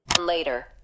Later